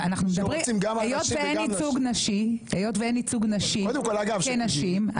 היות ואין ייצוג נשי כנשים,